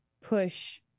push